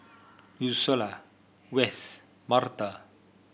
Ursula Wess Martha